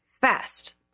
fast